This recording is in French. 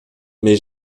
mais